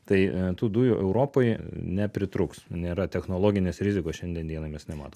tai a tų dujų europoj nepritrūks nėra technologinės rizikos šiandien dienai mes nematom